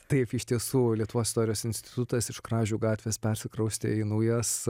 taip iš tiesų lietuvos istorijos institutas iš kražių gatvės persikraustė į naujas